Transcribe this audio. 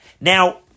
Now